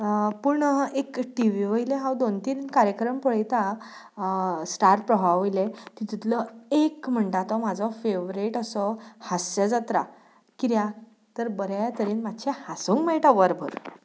पूण एक T V वयले हांव दोन तीन कार्यक्रम पळयता स्टार प्रवाहा वयले तितुंतलो एक म्हणटा तो म्हाजो फॅवरेट असो हास्य जात्रा कित्याक तर बऱ्या तरेन मातशें हासूंक मेळटा वरभर